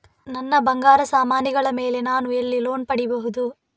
ನನ್ನ ಬಂಗಾರ ಸಾಮಾನಿಗಳ ಮೇಲೆ ನಾನು ಎಲ್ಲಿ ಲೋನ್ ಪಡಿಬಹುದು?